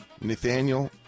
Nathaniel